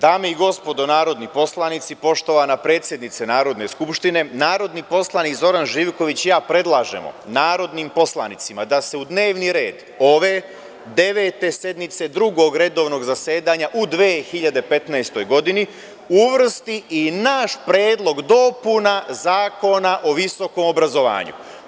Dame i gospodo narodni poslanici, poštovana predsednice Narodne skupštine, narodni poslanik Zoran Živković i ja predlažemo narodnim poslanicima da se u dnevni red ove Devete sednice Drugog redovnog zasedanja u 2015. godini uvrsti i naš predlog dopuna Zakona o visokom obrazovanju.